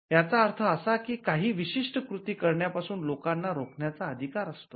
याचा अर्थ असा कीं काही विशिष्ट कृती करण्यापासून लोकांना रोखण्याचा अधिकार असतो